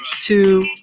two